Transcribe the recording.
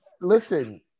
listen